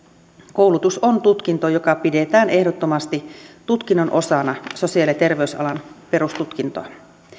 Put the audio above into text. koulutus on tutkinto joka pidetään ehdottomasti tutkinnon osana sosiaali ja terveysalan perustutkinnossa